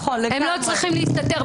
הם לא צריכים להסתתר.